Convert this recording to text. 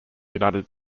united